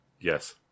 Yes